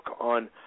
on